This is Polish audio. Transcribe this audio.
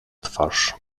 twarz